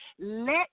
Let